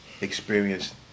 experience